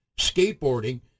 skateboarding